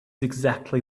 exactly